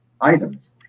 items